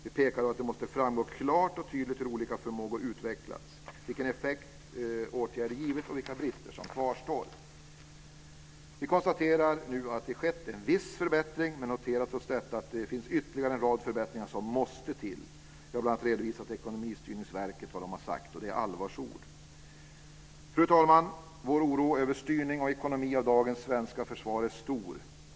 Vi pekade också på att det klart och tydligt måste framgå hur olika förmågor utvecklats, vilken effekt åtgärder givit och vilka brister som kvarstår. Vi konstaterar nu att det skett en viss förbättring, men noterar trots detta att det finns ytterligare en rad förbättringar som måste till. Jag har bl.a. redovisat vad Ekonomistyrningsverket har sagt, och det är allvarsord. Fru talman! Vår oro över styrning och ekonomi av dagens svenska försvar är stor.